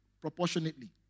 proportionately